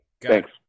Thanks